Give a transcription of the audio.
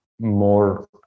more